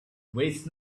waste